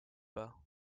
pas